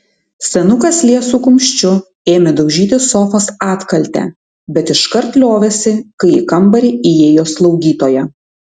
senukas liesu kumščiu ėmė daužyti sofos atkaltę bet iškart liovėsi kai į kambarį įėjo slaugytoja